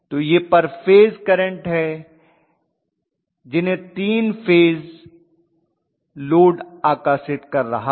तो यह पर फेज करंट हैं जिन्हें 3 फेज लोड आकर्षित कर रहा है